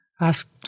ask